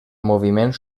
moviment